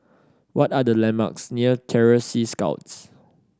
what are the landmarks near Terror Sea Scouts